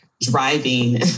driving